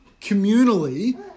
communally